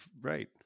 right